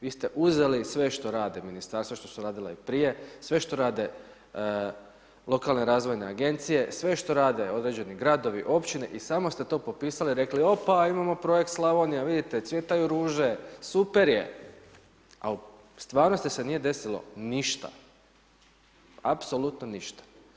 Vi ste uzeli sve što rade Ministarstva, što su radila i prije, sve što rade lokalne razvojne Agencije, sve što rade određeni gradovi, općine i samo ste to popisali i rekli opa, imamo Projekt Slavonija, vidite, cvjetaju ruže, super je, a u stvarnosti se nije desilo ništa, apsolutno ništa.